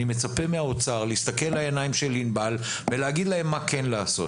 אני מצפה מהאוצר להסתכל בעיניים של ענבל ולהגיד להם מה לעשות.